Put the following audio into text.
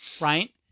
right